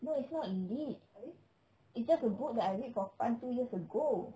no it's not lit it's just a book that I read for fun two years ago